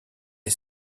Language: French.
est